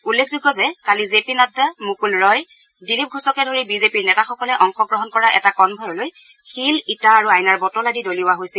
উল্লেখযোগ্য যে কালি জে পি নাড্ডা মুকুল ৰয় দিলীপ ঘোষকে ধৰি বিজেপিৰ নেতাসকলে অংশগ্ৰহণ কৰা এটা কনভয়লৈ শিল ইটা আৰু আয়নাৰ বটল আদি দলিওৱা হৈছিল